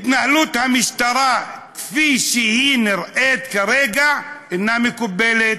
התנהלות המשטרה כפי שהיא נראית כרגע אינה מקובלת.